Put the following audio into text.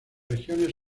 regiones